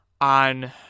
on